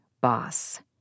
boss